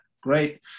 great